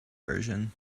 version